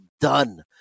done